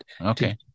Okay